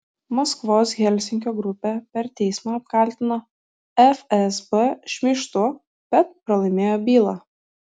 maskvos helsinkio grupė per teismą apkaltino fsb šmeižtu bet pralaimėjo bylą